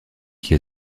qui